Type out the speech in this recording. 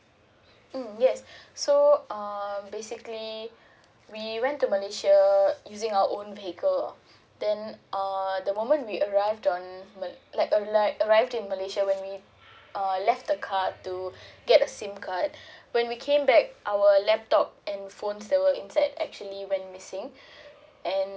mm yes so um basically we went to malaysia using our own vehicle then uh the moment we arrived on ma~ like arrive arrived in malaysia when me uh left the car to get a SIM card when we came back our laptop and phone that were inside actually went missing and